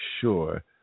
sure